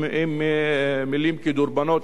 הם מלים כדרבונות,